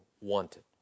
wanted